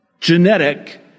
genetic